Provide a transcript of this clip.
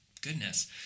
goodness